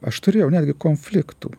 aš turėjau netgi konfliktų